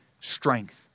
strength